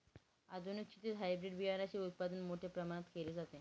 आधुनिक शेतीत हायब्रिड बियाणाचे उत्पादन मोठ्या प्रमाणात केले जाते